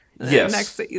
yes